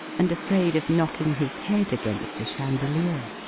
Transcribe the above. and afraid of knocking his head against the chandelier.